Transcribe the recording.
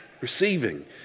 Receiving